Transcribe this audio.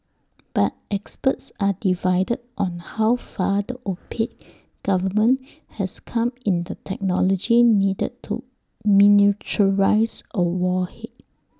but experts are divided on how far the opaque government has come in the technology needed to miniaturise A warhead